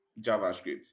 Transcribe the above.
JavaScript